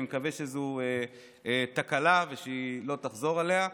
אני מקווה שזאת תקלה ושהיא לא תחזור עליה,